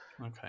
Okay